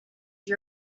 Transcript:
you